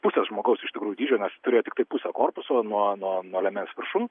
pusę žmogaus iš tikrųjų dydžio nes turėjo tiktai pusę korpuso nuo nuo liemens viršum